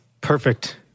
Perfect